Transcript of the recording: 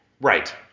Right